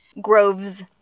Grove's